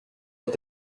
est